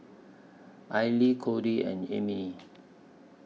Aili Cody and Emile